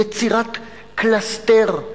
יצירת קלסתר.